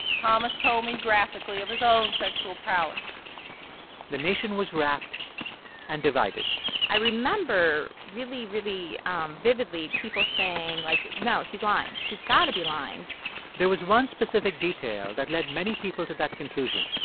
thomas told me graphically of his own sexual prowess the nation was rapt and divided i remember really, really vividly people saying, like, no, she's lying. she's go to be lying there was one specific detail that led many people to that conclusion.